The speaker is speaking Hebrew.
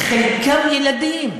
חלקם ילדים.